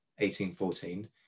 1814